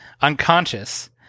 unconscious